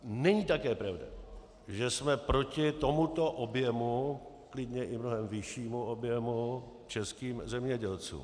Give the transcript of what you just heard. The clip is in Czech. Není také pravda, že jsme proti tomuto objemu, klidně i mnohem vyššímu objemu, českým zemědělcům.